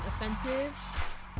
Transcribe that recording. offensive